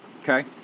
Okay